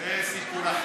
זה סיפור אחר,